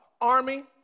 Army